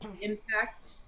impact